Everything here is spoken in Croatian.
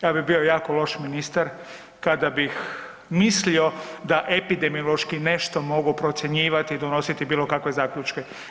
Ja bi bio jako loš ministar kada bih mislio da epidemiološki nešto mogu procjenjivati i donositi bilokakve zaključke.